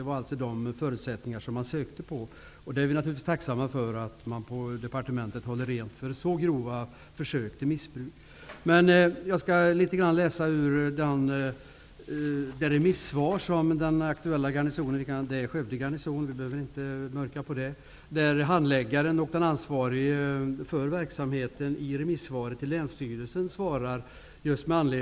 Vi är naturligtvis tacksamma för att departementet håller rent från så grova försök till missbruk. Låt mig läsa litet grand ur det remissvar som den aktuella garnisonen har gett. Det är Skövde garnison. Det behöver vi inte mörklägga.